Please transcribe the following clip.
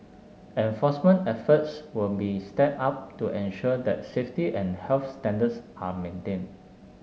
enforcement efforts will be stepped up to ensure that safety and health standards are maintained